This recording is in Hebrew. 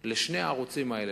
לשני הערוצים האלה,